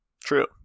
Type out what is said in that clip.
True